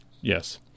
yes